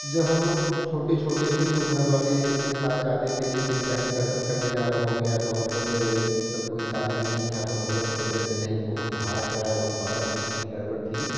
जब हम लोग छोटे थे तो घर वाले के साथ जाते थे जैसे कहीं दर्शन करने जाना हो गया तो हम लोग तब कोई साधन नहीं था तो हम लोग फ़ोर वीलर से नहीं बहुत भाड़ा किराया बहुत महँगा था स्तिथि गड़बड़ थी